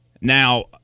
Now